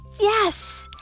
Yes